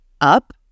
up